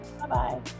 Bye-bye